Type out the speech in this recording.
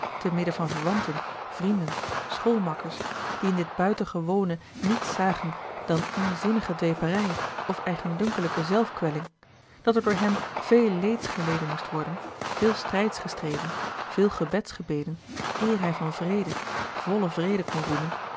te midden van verwanten vrienden schoolmakkers die in dit buitengewone niets zagen dan onzinnige dweperij of eigendunkelijke zelfkwelling dat er door hem veel leeds geleden moest worden veel strijds gestreden veel gebeds gebeden eer hij van vrede vollen vrede kon roemen